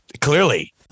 clearly